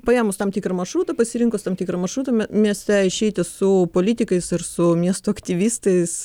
paėmus tam tikrą maršrutą pasirinkus tam tikrą maršrutą me mieste išeiti su politikais ir su miesto aktyvistais